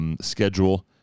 Schedule